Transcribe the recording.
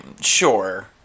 sure